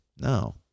No